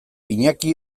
iñaki